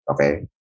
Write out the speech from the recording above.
Okay